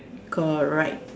correct